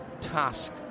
task